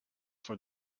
for